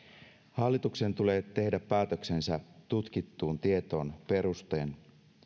hallituksen tulee tehdä päätöksensä tutkittuun tietoon perustuen